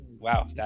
wow